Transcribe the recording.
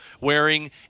wearing